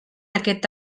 aquest